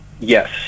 Yes